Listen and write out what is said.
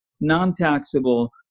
non-taxable